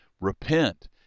Repent